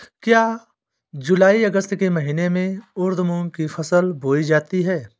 क्या जूलाई अगस्त के महीने में उर्द मूंग की फसल बोई जाती है?